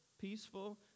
peaceful